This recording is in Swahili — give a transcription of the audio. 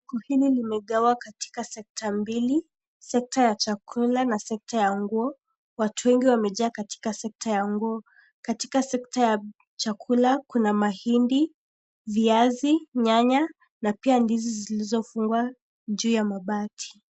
Soko hili limegawa katika sekta mbili, sekta ya chakula na sekta ya nguo. Watu wengi wamejaa katika sekta ya nguo. Katika sekta ya chakula kuna mahindi, viazi, nyanya, na pia ndizi zilizofungwa juu ya mabati.